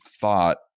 thought